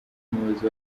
umuyobozi